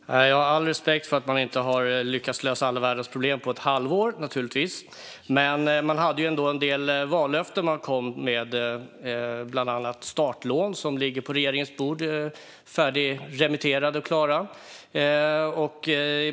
Fru talman! Jag har naturligtvis all respekt för att man inte har lyckats lösa alla världens problem på ett halvår. Men man kom ändå med en del vallöften, bland annat om startlån - något som ligger på regeringens bord, färdigremitterat och klart.